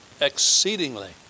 exceedingly